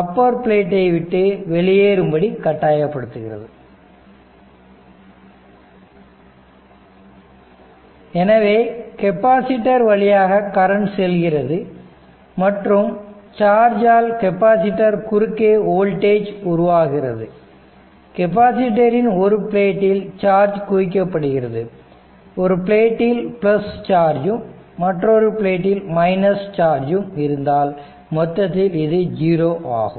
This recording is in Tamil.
அப்பர் பிளேட்டை விட்டு வெளியேறும்படி கட்டாயப்படுத்துகிறது எனவே கெப்பாசிட்டர் வழியாக கரண்ட் செல்கிறது மற்றும் சார்ஜ ஆல் கெப்பாசிட்டர் குறுக்கே வோல்டேஜ் உருவாகிறது கெப்பாசிட்டர் இன் ஒரு பிளேட்டில் சார்ஜ் குவிக்கப்படுகிறது ஒரு பிளேட்டில் சார்ஜும் மற்றொரு பிளேட்டில் சார்ஜும் இருந்தால் மொத்தத்தில் இது ஜீரோ ஆகும்